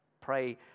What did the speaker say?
Pray